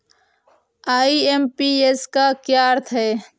IMPS का क्या अर्थ है?